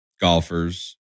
golfers